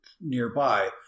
nearby